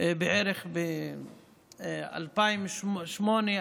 בערך ב-2008,